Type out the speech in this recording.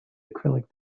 acrylic